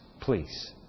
Please